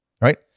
Right